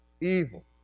evil